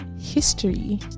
history